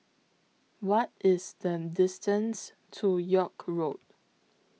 What IS The distance to York Road